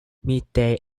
midday